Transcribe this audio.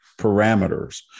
parameters